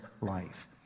life